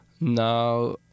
Now